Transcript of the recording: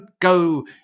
go